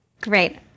Great